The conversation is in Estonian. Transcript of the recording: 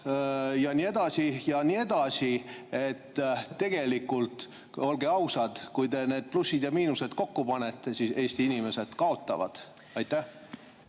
ja nii edasi? Tegelikult, olgem ausad, kui te need plussid ja miinused kokku panete, siis Eesti inimesed kaotavad. Aitäh!